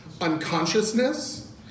unconsciousness